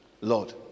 Lord